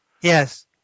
Yes